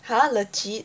!huh! legit